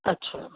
ਅੱਛਾ